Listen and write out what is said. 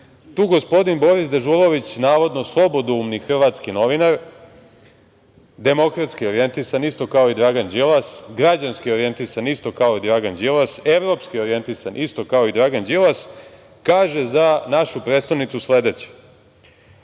gospodin Boris Dežulović, navodno slobodoumni hrvatski novinar, demokratski orijentisan isto kao i Dragan Đilas, građanski orijentisan isto kao i Dragan Đilas, evropski orijentisan isto kao i Dragan Đilas, kaže za našu prestonicu sledeće: